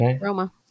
Roma